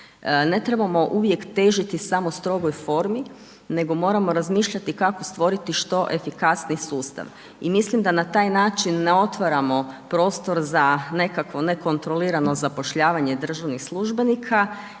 Ne trebamo uvijek težiti samo strogoj formi, nego moramo razmišljati kako stvoriti što efikasniji sustav i mislim da na taj način ne otvaramo prostor za nekakvo nekontrolirano zapošljavanje državnih službenika